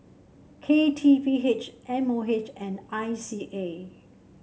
K T P H M O H and I C A